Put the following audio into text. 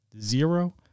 Zero